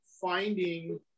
finding